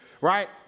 Right